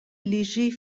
léger